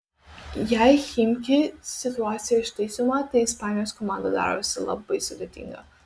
jei chimki situacija ištaisoma tai ispanijos komanda darosi labai sudėtinga